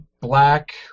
Black